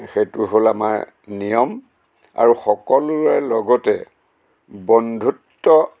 সেইটো হ'ল আমাৰ নিয়ম আৰু সকলোৰে লগতে বন্ধুত্ব